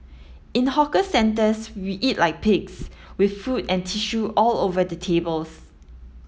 in hawker centres we eat like pigs with food and tissue all over the tables